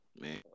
man